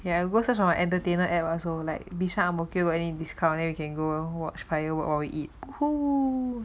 yah go search for an entertainer app also like bishan ang mo kio any discount then you can go watch fireworks while we eat